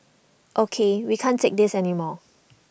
ok we can't take this anymore